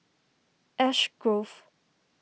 Ash Grove